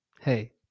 hey